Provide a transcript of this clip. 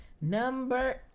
Number